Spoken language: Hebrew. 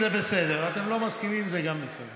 מסכימים, זה בסדר, אתם לא מסכימים, גם זה בסדר.